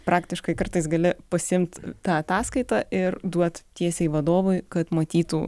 praktiškai kartais gali pasiimt tą ataskaitą ir duot tiesiai vadovui kad matytų